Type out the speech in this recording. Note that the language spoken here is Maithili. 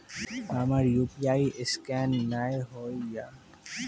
हमर यु.पी.आई ईसकेन नेय हो या?